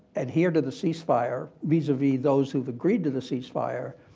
adhere to the ceasefire, vis vis those whove agreed to the ceasefire,